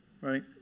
right